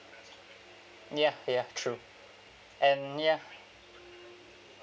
ya ya true and ya